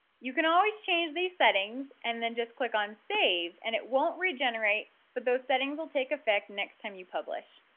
you can always change these settings and then just click on save and it won't regenerate but those settings will take effect next time you publish.